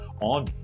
on